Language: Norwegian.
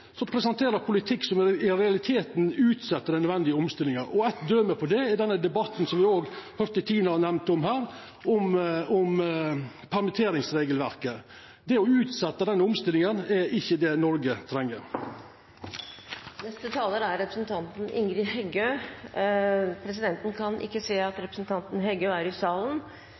som presenterer politikk som i realiteten utset den nødvendige omstillinga. Eit døme på det er debatten som me òg høyrde representanten Tina Bru nemna her, om permitteringsregelverket. Det å utsetja denne omstillinga er ikkje det Noreg